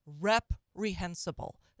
Reprehensible